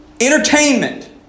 Entertainment